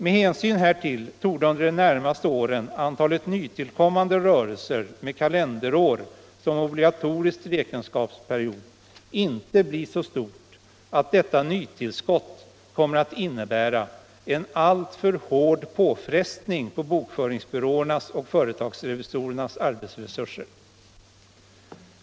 Med hänsyn härtill torde under de närmaste åren antalet nytillkommande rörelser med kalenderår som obligatorisk räkenskapsperiod inte bli så stort att detta nytillskott kommer att innebära en alltför hård påfrestning på bokföringsbyråernas och företagsrevisorernas arbetsresurser.